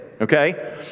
okay